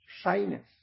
Shyness